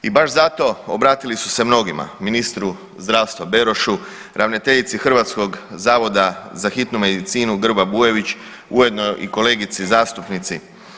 I baš zato obratili su se mnogima ministru zdravstva Berošu, ravnateljici Hrvatskog zavoda za hitnu medicinu Grba-Bujević ujedno i kolegici zastupnici.